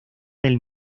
del